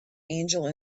angel